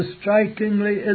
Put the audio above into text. strikingly